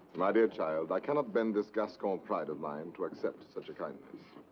my dear child, i cannot bend this gascon pride of mine to accept such a kindness.